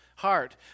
Heart